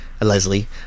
Leslie